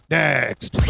next